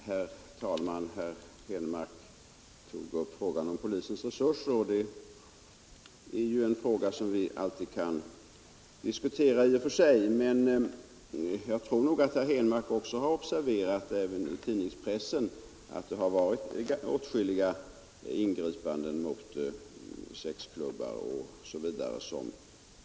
Herr talman! Herr Henmark tog upp frågan om polisens resurser. Dem kan vi i och för sig alltid diskutera, men jag skulle tro att herr Henmark också har observerat i tidningspressen, att det har förekommit åtskilliga polisingripanden mot sexklubbar osv.